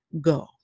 go